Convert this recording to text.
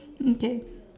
okay